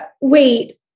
wait